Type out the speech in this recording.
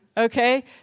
Okay